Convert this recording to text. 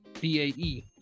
b-a-e